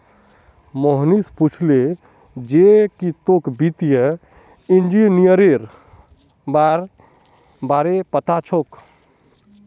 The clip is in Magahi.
मोहनीश पूछले जे की तोक वित्तीय इंजीनियरिंगेर बार पता छोक